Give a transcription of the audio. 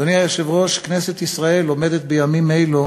אדוני היושב-ראש, כנסת ישראל עומדת בימים אלו